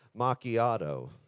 macchiato